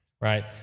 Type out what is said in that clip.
right